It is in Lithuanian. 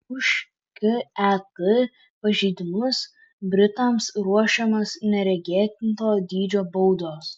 už ket pažeidimus britams ruošiamos neregėto dydžio baudos